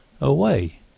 Away